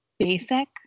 basic